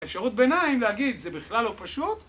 אפשרות ביניים להגיד, זה בכלל לא פשוט?